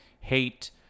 hate